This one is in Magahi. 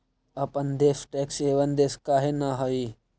अपन देश टैक्स हेवन देश काहे न हई?